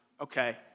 Okay